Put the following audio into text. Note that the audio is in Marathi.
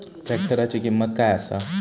ट्रॅक्टराची किंमत काय आसा?